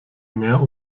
mehr